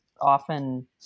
often